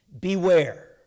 Beware